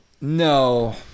No